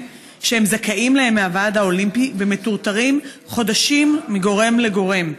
שהם זכאים להם מהוועד האולימפי ומטורטרים חודשים מגורם לגורם.